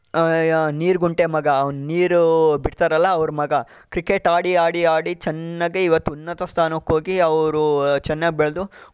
ನೀರ್ಗುಂಟೆ ಮಗ ಅವನು ನೀರು ಬಿಡ್ತರಲ್ಲ ಅವ್ರ ಮಗ ಕ್ರಿಕೆಟ್ ಆಡಿ ಆಡಿ ಆಡಿ ಚೆನ್ನಾಗಿ ಈವತ್ತು ಉನ್ನತ ಸ್ಥಾನಕ್ಕೆ ಹೋಗಿ ಅವರು ಚೆನ್ನಾಗಿ ಬೆಳೆದು